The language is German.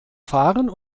fahren